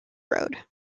road